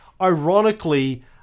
Ironically